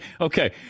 Okay